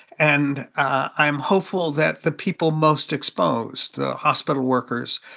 and i'm hopeful that the people most exposed the hospital workers,